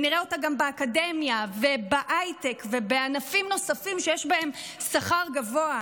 ונראה אותה גם באקדמיה ובהייטק ובענפים נוספים שיש בהם שכר גבוה.